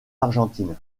argentine